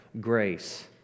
grace